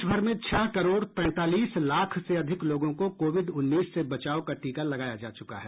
देशभर में छह करोड तैतालीस लाख से अधिक लोगों को कोविड उन्नीस से बचाव का टीका लगाया जा चुका है